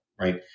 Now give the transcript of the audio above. Right